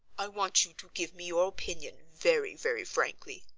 i want you to give me your opinion very, very frankly,